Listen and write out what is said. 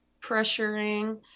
pressuring